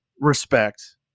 respect